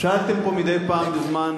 שאלתם פה מדי פעם בזמן